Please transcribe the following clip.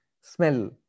smell